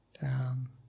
Down